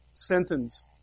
sentence